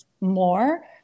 more